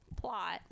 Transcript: plot